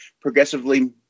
progressively